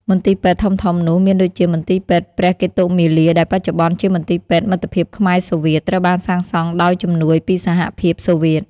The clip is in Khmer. មន្ទីរពេទ្យធំៗនោះមានដូចជា មន្ទីរពេទ្យព្រះកេតុមាលាដែលបច្ចុប្បន្នជាមន្ទីរពេទ្យមិត្តភាពខ្មែរ សូវៀត ត្រូវបានសាងសង់ដោយជំនួយពីសហភាពសូវៀត។